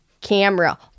camera